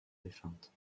défunte